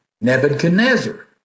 Nebuchadnezzar